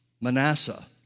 Manasseh